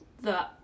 the-